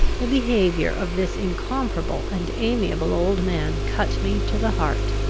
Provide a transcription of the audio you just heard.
the behaviour of this incomparable and amiable old man cut me to the heart.